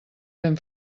ben